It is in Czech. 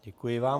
Děkuji vám.